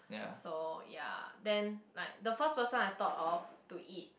so ya then like the first person I thought of to eat